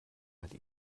hat